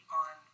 on